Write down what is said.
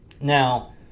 Now